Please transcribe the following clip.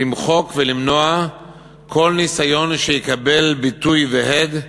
למחוק ולמנוע כל ניסיון שיקבל ביטוי והד,